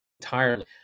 entirely